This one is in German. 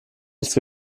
nichts